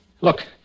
Look